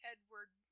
Edward